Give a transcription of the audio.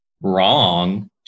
wrong